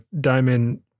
diamond